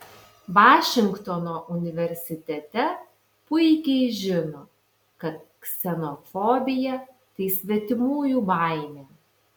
vašingtono universitete puikiai žino kad ksenofobija tai svetimųjų baimė